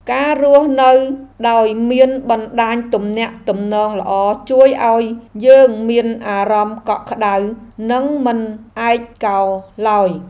ការរស់នៅដោយមានបណ្តាញទំនាក់ទំនងល្អជួយឱ្យយើងមានអារម្មណ៍កក់ក្តៅនិងមិនឯកោឡើយ។